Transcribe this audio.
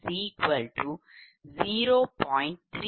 L1dc1dPg10